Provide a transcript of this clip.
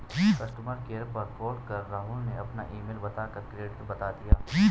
customer care पर call कर राहुल ने अपना ईमेल बता कर क्रेडिट पता किया